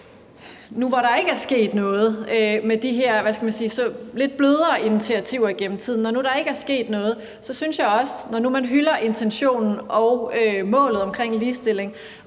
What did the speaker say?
nu, hvor der ikke er sket noget med de her, hvad skal man sige, lidt blødere initiativer igennem tiden. Når nu der ikke er sket noget, synes jeg at man, når nu man hylder intentionen og målet omkring ligestilling,